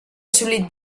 assolit